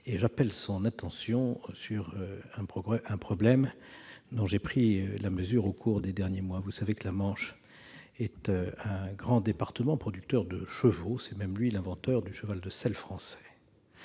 J'appelle son attention sur un problème dont j'ai pris la mesure au cours des derniers mois. La Manche est un département grand producteur de chevaux. Il est même l'inventeur du cheval de selle français.